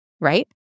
right